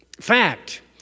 fact